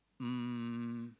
mm